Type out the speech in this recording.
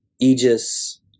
aegis